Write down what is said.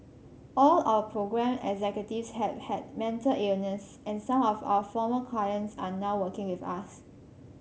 all our programme executives have had mental illness and some of our former clients are now working with us